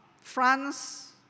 France